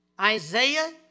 Isaiah